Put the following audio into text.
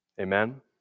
amen